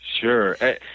Sure